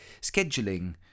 scheduling